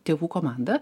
tėvų komandą